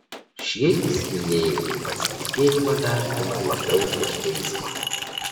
šie įsimylėjėliai pasitikėjimą vertina labiau už geismą